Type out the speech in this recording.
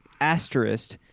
asterisk